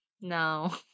No